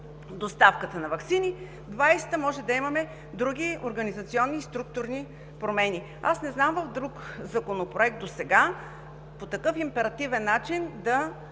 доставката на ваксини, през 2020-а може да имаме други организационни и структурни промени. Не знам в друг законопроект досега по такъв императивен начин да